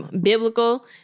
biblical